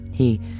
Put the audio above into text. he